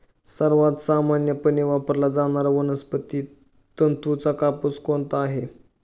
सर्वात सामान्यपणे वापरला जाणारा वनस्पती तंतूचा कापूस कोणता आहे?